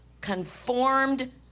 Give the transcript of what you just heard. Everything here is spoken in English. conformed